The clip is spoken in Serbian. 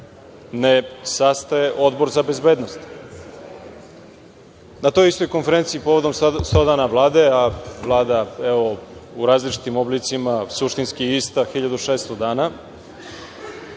ne sastaje Odbor za bezbednost? Na toj istoj konferenciji, povodom 100 dana Vlade, a Vlada, evo, u različitim oblicima suštinski je ista 1.600 dana,